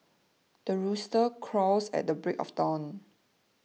the rooster crows at the break of dawn